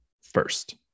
first